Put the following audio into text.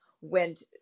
went